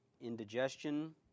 indigestion